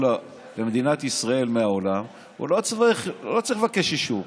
למדינת ישראל מהעולם לא צריך לבקש אישור.